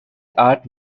art